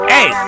Hey